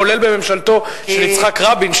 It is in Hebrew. כולל בממשלתו של יצחק רבין,